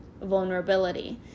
vulnerability